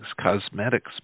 cosmetics